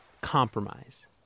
compromise